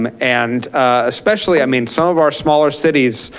um and especially, i mean, some of our smaller cities